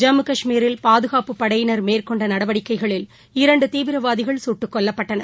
ஜம்மு கஷ்மீரில் பாதுகாப்புப் படையினர் மேற்கொண்டநடவடிக்கைகளில் இரண்டுதீவிரவாதிகள் சுட்டக் கொல்லப்பட்டனர்